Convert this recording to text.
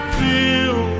feel